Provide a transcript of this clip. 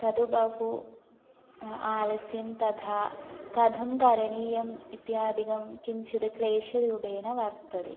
तत् बहु आलस्यं तथा कथं करणीयम् इत्यादिकं किञ्चित् क्लेशरूपेण वर्तते